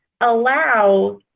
allow